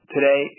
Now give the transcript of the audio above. Today